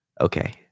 okay